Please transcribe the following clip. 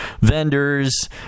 vendors